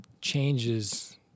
changes